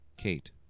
Kate